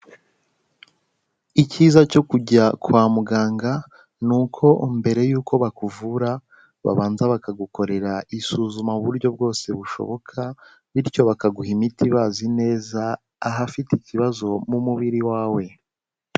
Icyiza cyo kujya kwa muganga ni uko mbere yuko bakuvura babanza bakagukorera isuzuma mu buryo bwose bushoboka, bityo bakaguha imiti bazi neza ahafite ikibazo mu mubiri wawe.